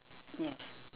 yes